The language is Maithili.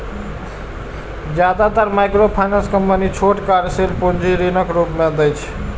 जादेतर माइक्रोफाइनेंस कंपनी छोट कार्यशील पूंजी ऋणक रूप मे दै छै